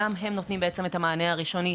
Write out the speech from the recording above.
גם הם נותנים בעצם את המענה הראשוני,